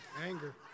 Anger